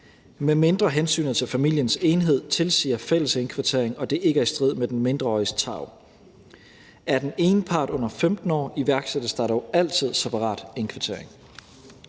medmindre hensynet til familiens enhed tilsiger fælles indkvartering, og det ikke er i strid med den mindreåriges tarv. Er den ene part under 15 år, iværksættes der dog altid separat indkvartering.